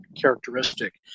characteristic